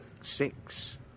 Six